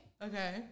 Okay